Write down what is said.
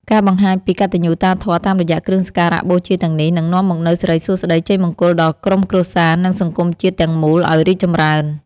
ការបង្ហាញពីកតញ្ញូតាធម៌តាមរយៈគ្រឿងសក្ការបូជាទាំងនេះនឹងនាំមកនូវសិរីសួស្តីជ័យមង្គលដល់ក្រុមគ្រួសារ និងសង្គមជាតិទាំងមូលឱ្យរីកចម្រើន។